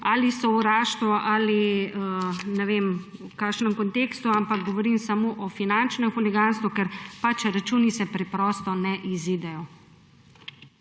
sovraštvo ali ne vem, v kakšnem kontekstu, ampak govorim samo o finančnem huliganstvu, ker računi se preprosto ne izidejo.